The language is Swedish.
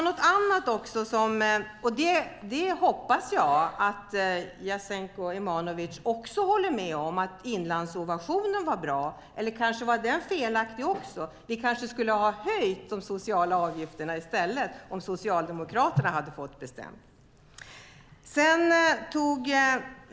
Jag hoppas att Jasenko Omanovic håller med om att Inlandsinnovation är bra, eller var kanske det felaktigt också? Vi kanske skulle ha höjt de sociala avgifterna i stället, om Socialdemokraterna hade fått bestämma? Herr talman!